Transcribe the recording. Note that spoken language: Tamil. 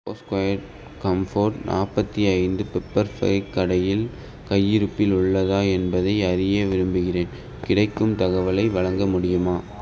போஸ் கொயட் கம்ஃபோர்ட் நாற்பத்தி ஐந்து பெப்பர் ஃப்ரை கடையில் கையிருப்பில் உள்ளதா என்பதை அறிய விரும்புகிறேன் கிடைக்கும் தகவலை வழங்க முடியுமா